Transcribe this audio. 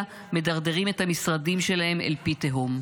מדרדרים את המשרדים שלהם אל פי תהום,